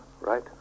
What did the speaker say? right